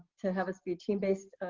to have us be team-based.